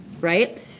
right